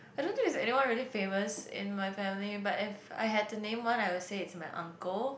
I don't think there's anyone really famous in my family but if I had to name one I would say it's my uncle